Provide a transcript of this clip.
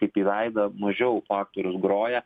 kaip į veidą mažiau faktorius groja